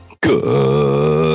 Good